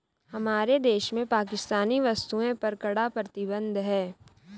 हमारे देश में पाकिस्तानी वस्तुएं पर कड़ा प्रतिबंध हैं